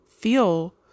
feel